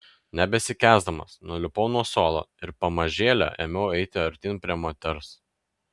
nebesikęsdamas nulipau nuo suolo ir pamažėle ėmiau eiti artyn prie moters